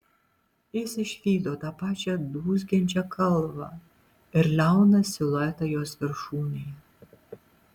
jis išvydo tą pačią dūzgiančią kalvą ir liauną siluetą jos viršūnėje